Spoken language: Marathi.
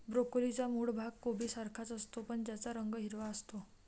ब्रोकोलीचा मूळ भाग कोबीसारखाच असतो, पण त्याचा रंग हिरवा असतो